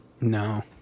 No